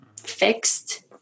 fixed